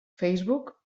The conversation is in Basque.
facebook